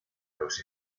los